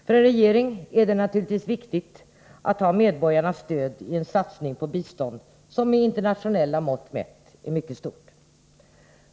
För en regering är det naturligtvis viktigt att ha medborgarnas stöd i en satsning på bistånd som med internationella mått mätt är mycket stort.